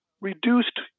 reduced